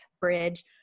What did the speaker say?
bridge